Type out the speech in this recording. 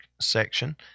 section